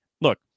look